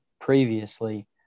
previously